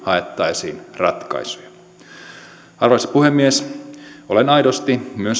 haettaisiin ratkaisuja arvoisa puhemies olen aidosti